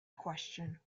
question